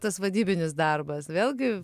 tas vadybinis darbas vėlgi